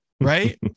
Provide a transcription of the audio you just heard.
right